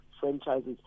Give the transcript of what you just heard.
franchises